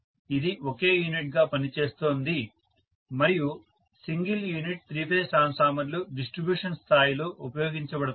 ఇది ఒకే యూనిట్గా పనిచేస్తోంది మరియు సింగిల్ యూనిట్ త్రీ ఫేజ్ ట్రాన్స్ఫార్మర్లు డిస్ట్రిబ్యూషన్ స్థాయిలో ఉపయోగించబడతాయి